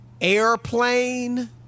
Airplane